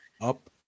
Up